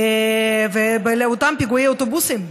אותם פיגועי אוטובוסים,